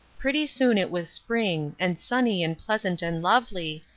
pretty soon it was spring, and sunny and pleasant and lovely,